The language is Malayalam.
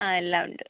ആ എല്ലാം ഉണ്ട്